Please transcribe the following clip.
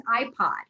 iPod